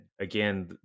again